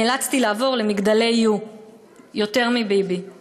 נאלצתי לעבור למגדלי YOO. יותר מביבי";